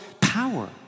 power